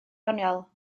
doniol